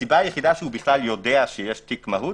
הסיבה היחידה שהוא יודע שיש תיק מהו"ת,